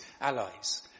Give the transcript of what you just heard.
allies